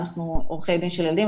אנחנו עורכי דין של ילדים,